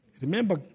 Remember